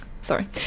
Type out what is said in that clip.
sorry